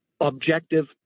objective